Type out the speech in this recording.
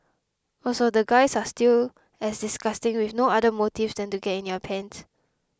also the guys are still as disgusting with no other motives than to get in your pants